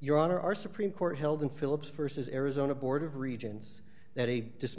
your honor our supreme court held in philips versus arizona board of regents that